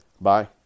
Bye